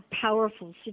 powerful